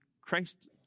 Christ